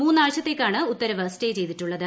മൂന്നാഴ്ചത്തേക്കാണ് ഉത്തരവ് സ്റ്റേ ഏച്ചിയ്തിട്ടുള്ളത്